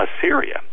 Assyria